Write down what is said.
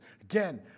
Again